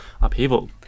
upheaval